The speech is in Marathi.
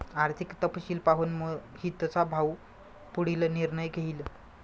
आर्थिक तपशील पाहून मोहितचा भाऊ पुढील निर्णय घेईल